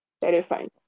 terrifying